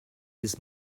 his